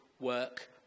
work